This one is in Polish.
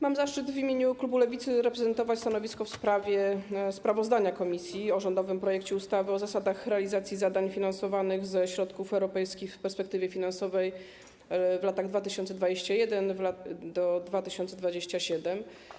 Mam zaszczyt w imieniu klubu Lewicy zaprezentować stanowisko wobec sprawozdania komisji o rządowym projekcie ustawy o zasadach realizacji zadań finansowanych ze środków europejskich w perspektywie finansowej 2021-2027.